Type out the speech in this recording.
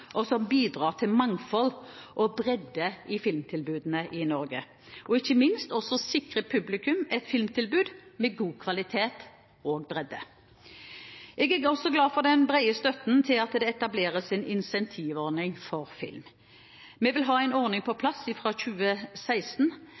bidrar til mangfold og bredde i filmtilbudet i Norge, og ikke minst at det sikrer publikum et filmtilbud med god kvalitet og bredde. Jeg er også glad for den brede støtten til at det etableres en incentivordning for film. Vi vil ha en ordning på plass fra 2016.